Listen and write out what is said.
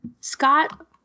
Scott